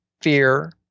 fear